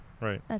right